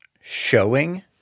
showing